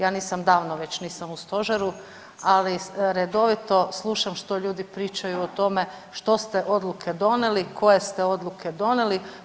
Ja nisam davno već nisam u stožeru, ali redovito slušam što ljudi pričaju o tome što ste odluke donijeli, koje ste odluke donijeli.